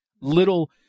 Little